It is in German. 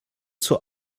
zur